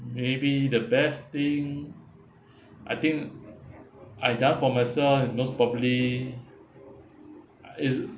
maybe the best thing I think I've done for myself is most probably uh is